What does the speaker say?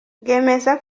bwemeza